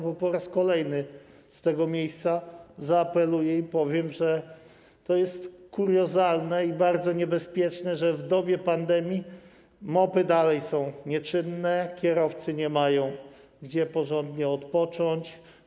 Bo po raz kolejny z tego miejsca zaapeluję i powiem, że to jest kuriozalne i bardzo niebezpieczne, że w dobie pandemii MOP-y dalej są nieczynne, kierowcy nie mają gdzie porządnie odpocząć.